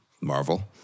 Marvel